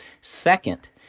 Second